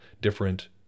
different